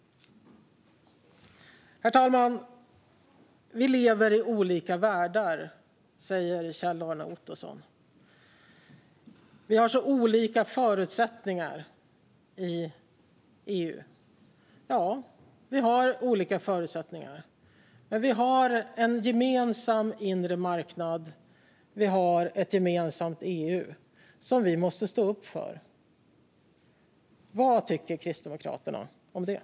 Herr talman! Kjell-Arne Ottosson säger att vi lever i olika världar och att vi har olika förutsättningar i EU. Ja, vi har olika förutsättningar, men vi har en gemensam inre marknad och ett gemensamt EU som vi måste stå upp för. Vad tycker Kristdemokraterna om detta?